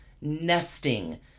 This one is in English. nesting